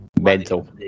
mental